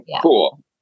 cool